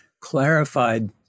clarified